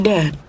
Dad